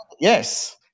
Yes